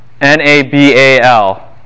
N-A-B-A-L